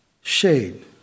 shade